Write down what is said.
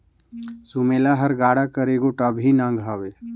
सुमेला हर गाड़ा कर एगोट अभिन अग हवे